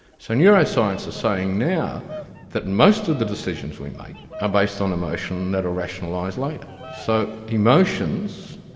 so neuroscience is saying now that most of the decisions we make are based on emotions that are rationalised later. so emotions,